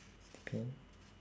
depend